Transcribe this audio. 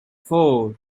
four